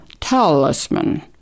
talisman